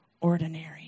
ordinary